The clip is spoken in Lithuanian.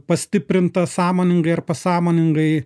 pastiprinta sąmoningai ar pasąmoningai